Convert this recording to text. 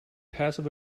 passive